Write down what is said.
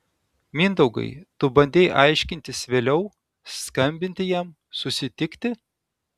mindaugai tu bandei aiškintis vėliau skambinti jam susitikti